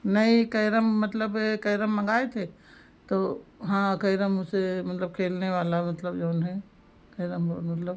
नहीं कैरम मतलब है कैरम मँगाए थे तो हाँ कैरम उसे मतलब खेलने वाला मतलब जो है कैरम बोर्ड मतलब